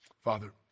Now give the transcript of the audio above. Father